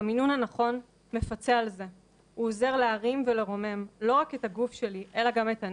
וייכנסו עוד לאולם בהמשך.